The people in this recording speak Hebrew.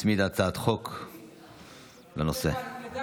שהצמידה הצעת חוק בנושא, בבקשה.